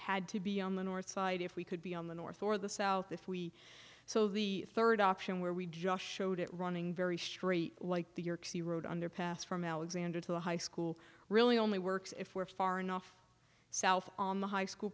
had to be on the north side if we could be on the north or the south if we so the third option where we just showed it running very straight like the underpass from alexander to the high school really only works if we're far enough south on the high school